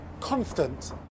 constant